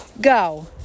Go